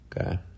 okay